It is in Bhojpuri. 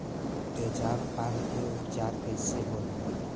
तेजाब पान के उपचार कईसे होला?